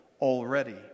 already